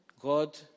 God